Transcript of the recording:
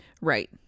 Right